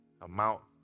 amount